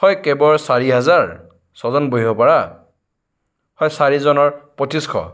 হয় কেবৰ চাৰি হেজাৰ ছজন বহিব পৰা হয় চাৰিজন পচিছশ